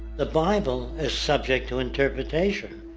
the bible is subject to interpretation.